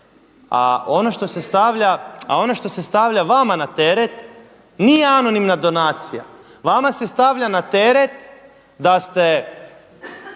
A ono što se stavlja vama na teret nije anonimna donacija. Vama se stavlja na teret da ste